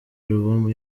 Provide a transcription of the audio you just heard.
alubumu